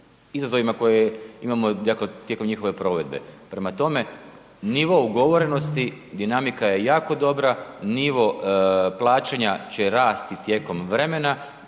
koje imamo tijekom njihove provedbe. Prema tome, nivo ugovorenosti, dinamika je jako dobra, nivo plaćanja će rasti tijekom vremena,